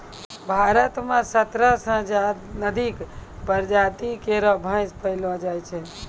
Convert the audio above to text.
भारत म सत्रह सें अधिक प्रजाति केरो भैंस पैलो जाय छै